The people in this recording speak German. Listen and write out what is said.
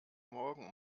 morgen